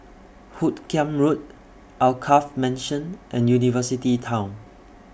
Hoot Kiam Road Alkaff Mansion and University Town